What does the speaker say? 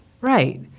Right